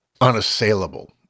unassailable